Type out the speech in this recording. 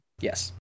Yes